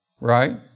right